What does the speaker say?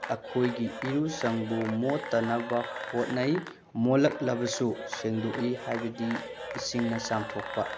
ꯑꯩꯈꯣꯏꯒꯤ ꯏꯔꯨꯁꯪꯕꯨ ꯃꯣꯠꯇꯅꯕ ꯍꯦꯠꯅꯩ ꯃꯣꯠꯂꯛꯂꯕꯁꯨ ꯁꯦꯡꯗꯣꯛꯏ ꯍꯥꯏꯕꯗꯤ ꯏꯁꯤꯡꯅ ꯆꯥꯝꯊꯣꯛꯄ